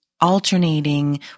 alternating